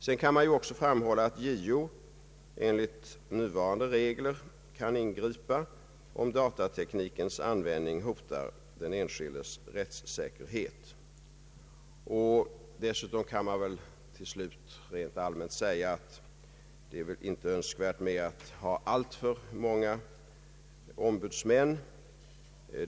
Vidare kan nämnas att JO enligt nuvarande regler kan ingripa, om datateknikens användning hotar den enskildes rättssäkerhet. Dessutom kan man väl till slut rent allmänt säga att det inte är önskvärt med alltför många ombudsmän.